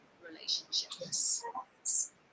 relationships